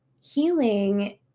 healing